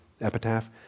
epitaph